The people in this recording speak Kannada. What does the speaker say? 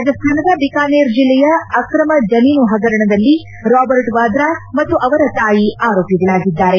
ರಾಜಸ್ತಾನದ ಬಿಕನೇರ್ ಜಿಲ್ಲೆಯ ಅಕ್ರಮ ಜಮೀನು ಹಗರಣದಲ್ಲಿ ರಾಬರ್ಟ್ ವಾದ್ರಾ ಮತ್ತು ಅವರ ತಾಯಿ ಆರೋಪಿಗಳಾಗಿದ್ದಾರೆ